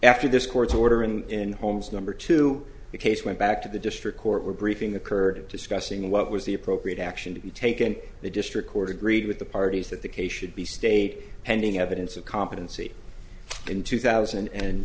after this court's order and in homes number two the case went back to the district court where briefing the current discussing what was the appropriate action to take and the district court agreed with the parties that the case should be state pending evidence of competency in two thousand and